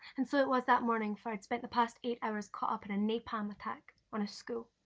and so it was that morning, for i had spent the past eight hours caught up in a napalm attack on a school,